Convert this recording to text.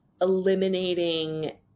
eliminating